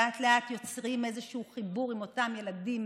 ולאט-לאט יוצרים איזשהו חיבור עם אותם ילדים,